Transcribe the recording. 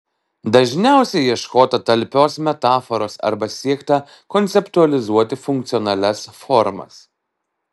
dažniausiai ieškota talpios metaforos arba siekta konceptualizuoti funkcionalias formas